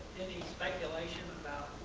any speculation